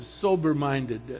sober-minded